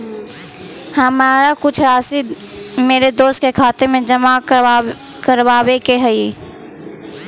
हमारा कुछ राशि मेरे दोस्त के खाते में जमा करावावे के हई